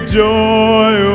joy